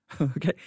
Okay